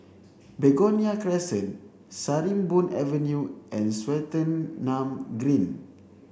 Begonia Crescent Sarimbun Avenue and Swettenham Green